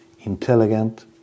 intelligent